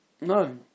No